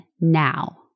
NOW